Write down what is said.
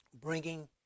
bringing